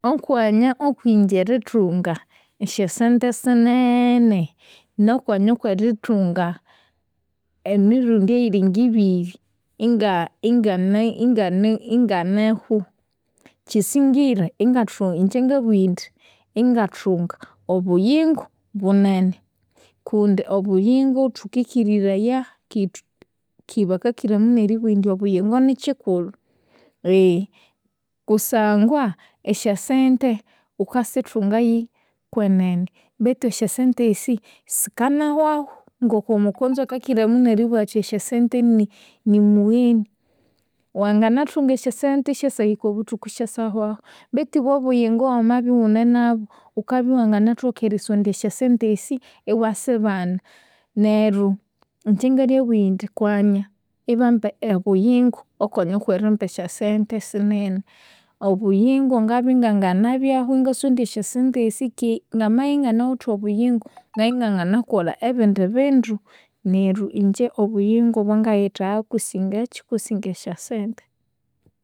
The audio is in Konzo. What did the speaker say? Okwanya kwinje erithunga esyasente sineneeene, nokwanya kwinje erithunga emirundi eyiri ngibiri inga inganeyu inganehu, kyisingire ingathu inje ngabugha indi, ingathunga obuyingo bunene kundi obuyingo thukikiriraya, keghe thuki keghe bakiriramunu eribugha indi obuyingo nikyikulhu. Kusangwa esyasente ghukasithunga yi- kwenene betu esyasente esi, sikanahyahu kongoko omukonzo akakyiramunu eribugha athi esyasente nimugheni. Wanginathunga esyasente isyasahika obuthuku isyasahwahu betu ibwo obuyingo wambya ighuninabu, ghukabya iwanginathoka erisondya esyasente esi iwasibana. Neryo inje ngalyabugha indi kwanya ibamba obuyingo okwanya kwerimba esyasente sinene. Obuyingo ngabya inganganabyahu ingasondya esyasente esi keghe ngamabya inganawithe obuyingo ngabya inganganakolha ebindi bindu. Neryo inje obuyingo bwangayithagha kusinga kyi kusinga esyasente.